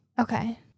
okay